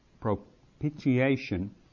propitiation